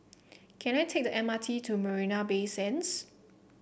can I take the M R T to Marina Bay Sands